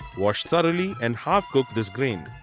wash thoroughly and half cook this grain.